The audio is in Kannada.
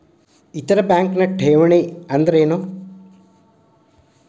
ಇತರ ಬ್ಯಾಂಕ್ನ ಠೇವಣಿ ಅನ್ದರೇನು?